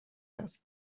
است